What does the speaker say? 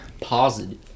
positive